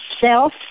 self